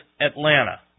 Atlanta